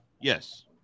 Yes